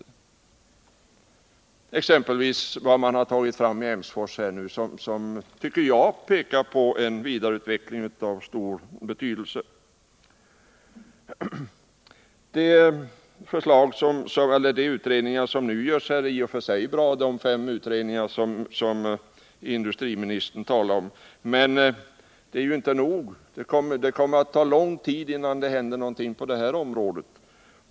Ett exempel är vad man tagit fram i Emsfors, som jag tycker pekar på en vidareutveckling av stor betydelse. De utredningar som nu gö är i och för sig bra — de fem utredningar som industriministern talar om. Men det är ju inte nog. Det kommer att ta lång tid innan det händer någonting på det här området.